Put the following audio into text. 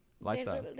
lifestyle